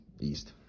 East